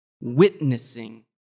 Witnessing